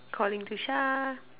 calling to Shah